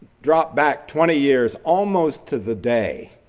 draw back twenty years almost to the day,